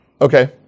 Okay